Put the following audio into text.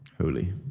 Holy